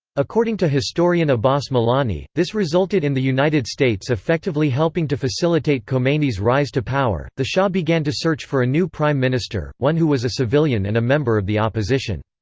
according to historian abbas milani, this resulted in the united states effectively helping to facilitate khomeini's rise to power the shah began to search for a new prime minister, one who was a civilian and a member of the opposition.